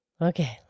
Okay